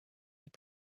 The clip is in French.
est